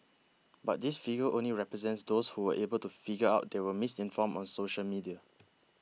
but this figure only represents those who were able to figure out they were misinformed on social media